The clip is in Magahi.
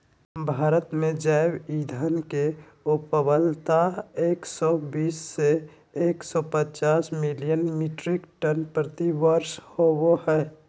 भारत में जैव ईंधन के उपलब्धता एक सौ बीस से एक सौ पचास मिलियन मिट्रिक टन प्रति वर्ष होबो हई